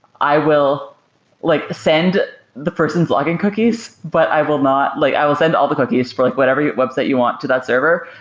i will like send the person's log in cookies, but i will not like i will send all the cookies for like whatever website you want to that server,